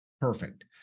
Perfect